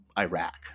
Iraq